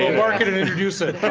and marketed introduce it.